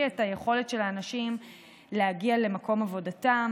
את היכולת של האנשים להגיע למקום עבודתם,